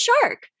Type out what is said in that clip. shark